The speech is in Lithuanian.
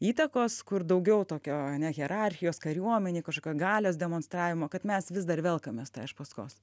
įtakos kur daugiau tokio ane hierarchijos kariuomenė kažkokio galios demonstravimo kad mes vis dar velkamės tą iš paskos